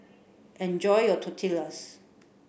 enjoy your Tortillas